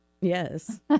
Yes